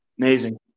Amazing